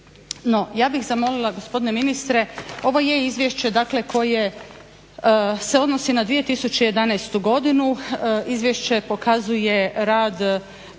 ja bih zamolila gospodine ministre, ovo je izvješće dakle koje se odnosi na 2011. godinu, izvješće pokazuje rad